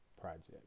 project